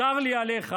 צר לי עליך.